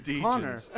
Connor